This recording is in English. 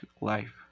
life